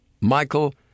Michael